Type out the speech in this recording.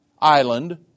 Island